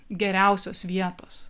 geriausios vietos